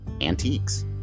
antiques